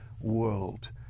world